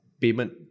payment